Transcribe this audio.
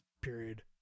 Period